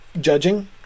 judging